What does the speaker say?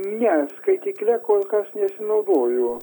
ne skaitykle kol kas nesinaudoju